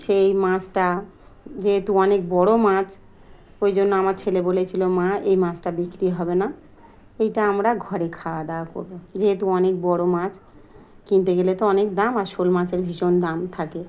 সেই মাছটা যেহেতু অনেক বড়ো মাছ ওই জন্য আমার ছেলে বলেছিলো মা এই মাছটা বিক্রি হবে না এইটা আমরা ঘরে খাওয়া দাওয়া করবো যেহেতু অনেক বড়ো মাছ কিনতে গেলে তো অনেক দাম আর শোল মাছের ভীষণ দাম থাকে